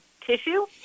tissue